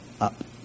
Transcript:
up